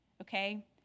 okay